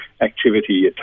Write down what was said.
activity